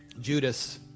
Judas